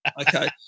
Okay